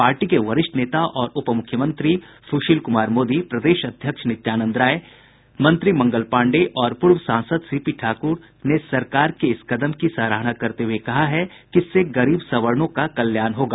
party के वरिष्ठ नेता और उपमुख्यमंत्री सुशील कुमार मोदी प्रदेश अध्यक्ष नित्यानंद राय मंत्री मंगल पांडेय और पूर्व सांसद सीपी ठाकुर ने सरकार के इस कदम की सराहना करते हुये कहा है कि इससे गरीब सवर्णों का कल्याण होगा